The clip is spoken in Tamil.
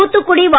தூத்துக்குடி வ